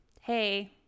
hey